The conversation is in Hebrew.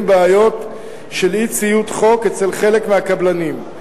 בעיות של אי-ציות לחוק אצל חלק מהקבלנים.